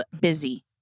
busy